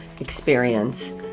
experience